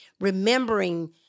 remembering